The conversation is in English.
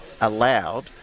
allowed